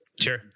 sure